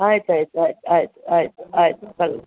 ಆಯ್ತು ಆಯ್ತು ಆಯ್ತು ಆಯಿತು ಆಯಿತು ಆಯಿತು ಸರಿ